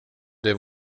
det